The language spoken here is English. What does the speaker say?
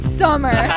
summer